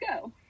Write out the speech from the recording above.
go